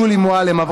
שולי מועלם-רפאלי,